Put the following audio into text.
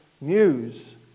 news